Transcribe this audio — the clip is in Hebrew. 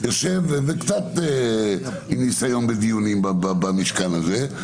אני יושב וקצת עם ניסיון בדיונים במשכן הזה,